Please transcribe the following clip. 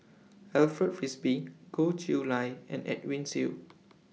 Alfred Frisby Goh Chiew Lye and Edwin Siew